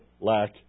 lack